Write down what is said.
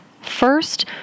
First